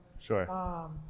Sure